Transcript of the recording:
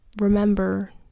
remember